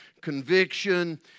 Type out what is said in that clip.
Conviction